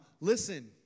listen